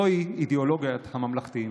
זו אידיאולוגיית הממלכתיים.